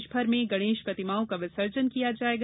देशभर में गणेश प्रतिमाओं का विसर्जन किया जाएगा